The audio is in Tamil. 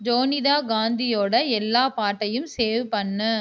ஜோனிதா காந்தியோடய எல்லா பாட்டையும் சேவ் பண்ணு